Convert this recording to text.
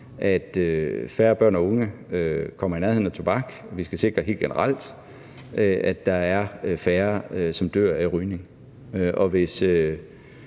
at færre børn og unge kommer i nærheden af tobak; vi skal sikre helt generelt, at der er færre, som dør af rygning.